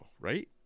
Right